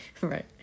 Right